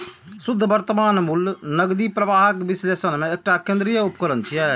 शुद्ध वर्तमान मूल्य नकदी प्रवाहक विश्लेषण मे एकटा केंद्रीय उपकरण छियै